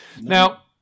Now